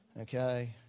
Okay